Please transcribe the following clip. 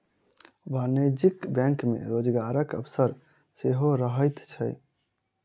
वाणिज्यिक बैंक मे रोजगारक अवसर सेहो रहैत छै